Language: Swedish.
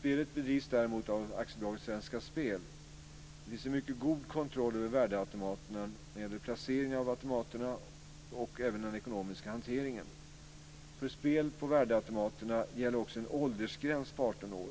Spelet bedrivs däremot av AB Svenska Spel. Det finns en mycket god kontroll över värdeautomaterna vad gäller placering av automaterna och även den ekonomiska hanteringen. För spel på värdeautomaterna gäller också en åldersgräns på 18 år.